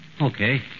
Okay